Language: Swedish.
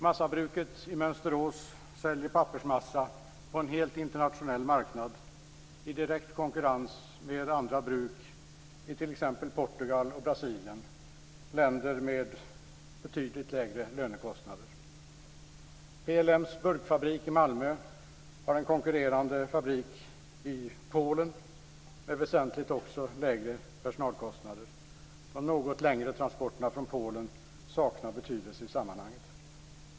Massabruket i Mönsterås säljer pappersmassa på en helt internationell marknad, i direkt konkurrens med andra bruk i t.ex. Portugal och Brasilien, länder med betydligt lägre lönekostnader. PLM:s burkfabrik i Malmö har en konkurrerande fabrik i Polen, också den med väsentligt lägre personalkostnader. De något längre transporterna från Polen saknar betydelse i sammanhanget.